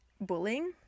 bullying